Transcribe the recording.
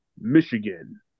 Michigan